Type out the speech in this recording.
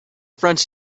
french